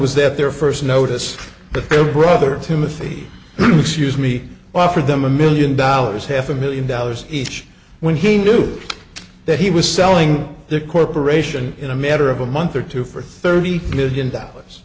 was that their first notice but their brother timothy excuse me offered them a million dollars half a million dollars each when he knew that he was selling the corporation in a matter of a month or two for thirty million dollars